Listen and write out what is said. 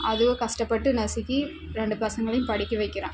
அதுவும் கஷ்டப்பட்டு நசுக்கி ரெண்டு பசங்களையும் படிக்க வைக்கிறேன்